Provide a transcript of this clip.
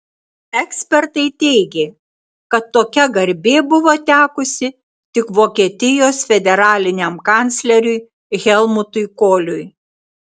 ekspertai teigė kad tokia garbė buvo tekusi tik vokietijos federaliniam kancleriui helmutui koliui